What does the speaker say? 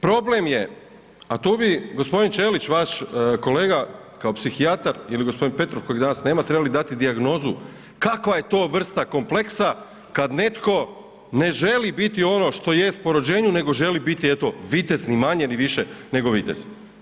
Problem je, a tu bi gospodin Ćelić vaš kolega kao psihijatar ili gospodin Petrov kojeg danas nema trebali dati dijagnozu kakva je to vrsta kompleksa kad netko ne želi biti ono što jest po rođenju nego želi biti eto vitez ni manje ni više nego vitez.